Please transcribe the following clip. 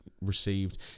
received